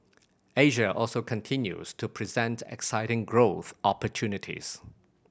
Asia also continues to present exciting growth opportunities